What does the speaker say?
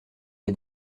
l’a